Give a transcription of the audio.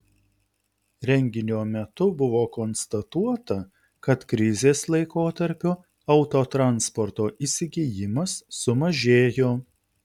renginio metu buvo konstatuota kad krizės laikotarpiu autotransporto įsigijimas sumažėjo